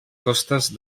costes